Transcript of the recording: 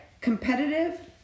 Competitive